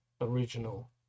original